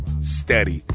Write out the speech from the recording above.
steady